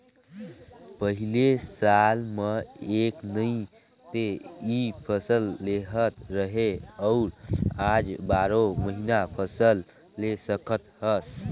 पहिले साल म एक नइ ते इ फसल लेहत रहें अउ आज बारो महिना फसल ले सकत हस